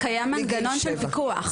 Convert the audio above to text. קיים מנגנון של פיקוח.